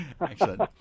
excellent